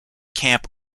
camp